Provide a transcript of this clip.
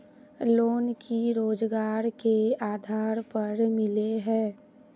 Loan की रोजगार के आधार पर मिले है?